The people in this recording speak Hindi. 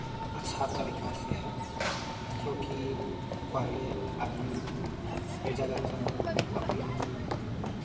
अच्छा तरीका से है क्योंकि पहले अदमी ज़्यादातर अपने